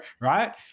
right